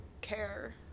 care